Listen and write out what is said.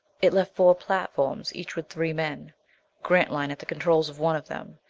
it left four platforms, each with three men grantline at the controls of one of them.